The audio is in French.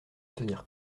tenir